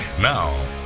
Now